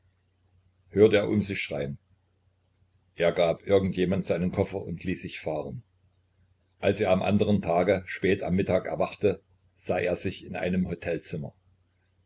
hörte er um sich schreien er gab irgend jemand seinen koffer und ließ sich fahren als er am andern tage spät am mittag erwachte sah er sich in einem hotelzimmer